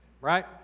Right